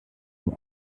beim